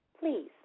Please